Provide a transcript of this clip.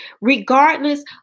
Regardless